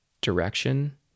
direction